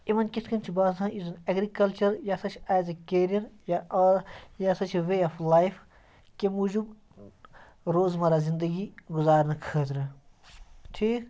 یِمَن کِتھ کَنۍ چھِ باسان یُس زَن ایٚگرِکَلچَر یَتھ أسۍ ایز اےٚ کیریَر یا آ یہِ ہَسا چھِ وے آف لایف کَمۍ موٗجوٗب روزمَرہ زِندٔگی گُزارنہٕ خٲطرٕ ٹھیٖک